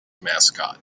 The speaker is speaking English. mascot